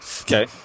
okay